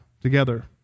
together